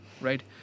right